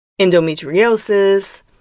endometriosis